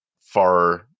far